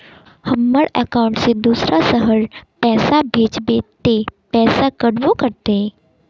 हमर अकाउंट से दूसरा शहर पैसा भेजबे ते पैसा कटबो करते?